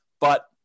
but-